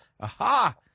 Aha